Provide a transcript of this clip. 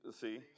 See